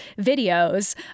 videos